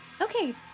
Okay